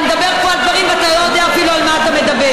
אתה מדבר פה על דברים ואתה לא יודע אפילו על מה אתה מדבר.